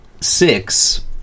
six